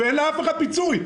פיצוי.